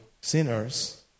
sinners